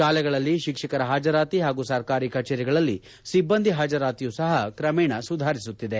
ಶಾಲೆಗಳಲ್ಲಿ ಶಿಕ್ಷಕರ ಹಾಜರಾತಿ ಹಾಗೂ ಸರ್ಕಾರಿ ಕಚೇರಿಗಳಲ್ಲಿ ಸಿಬ್ಬಂದಿ ಹಾಜರಾತಿಯೂ ಸಹ ಕ್ರಮೇಣ ಸುಧಾರಿಸುತ್ತಿದೆ